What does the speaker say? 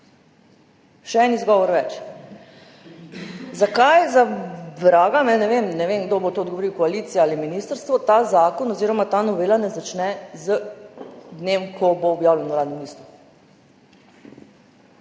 Še en izgovor več. Zakaj za vraga – ne vem, ne vem, kdo bo na to odgovoril, koalicija ali ministrstvo - ta zakon oziroma ta novela ne začne z dnem, ko bo objavljen v Uradnem listu?